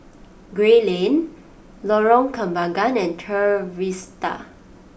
Gray Lane Lorong Kembagan and Trevista